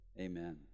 Amen